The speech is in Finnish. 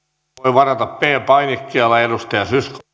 varata p painikkeella